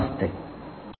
नमस्ते